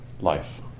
life